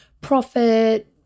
profit